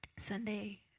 Sunday